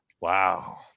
Wow